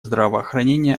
здравоохранение